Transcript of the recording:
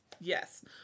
Yes